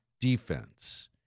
defense